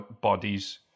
bodies